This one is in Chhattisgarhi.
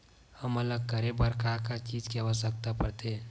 हमन ला करे बर का चीज के आवश्कता परथे?